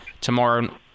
tomorrow